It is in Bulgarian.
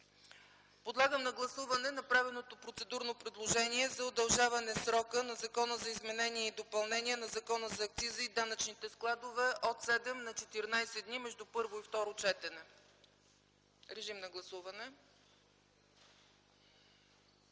Подлагам на гласуване направеното процедурно предложение за удължаване на срока на Закона за изменение и допълнение на Закона за акциза и данъчните складове от 7 на 14 дни между първо и второ четене. Моля, гласувайте.